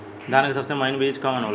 धान के सबसे महीन बिज कवन होला?